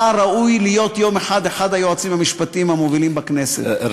אתה ראוי להיות יום אחד אחד היועצים המשפטיים המובילים בכנסת,